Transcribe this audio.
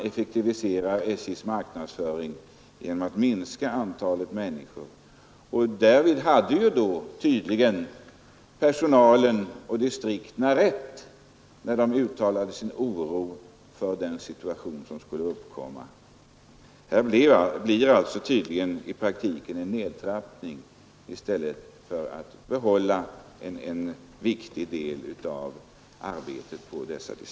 Effektiviserar man SJ:s marknadsföring genom att minska antalet människor? Då hade tydligen personalen och distrikten rätt, när de uttalade sin oro för den situation som skulle uppkomma. Här blev det tydligen i praktiken fråga om en nedtrappning i stället för att behålla en viktig del av arbetet inom dessa distrikt.